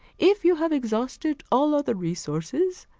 if you have exhausted all other resources,